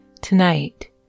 Tonight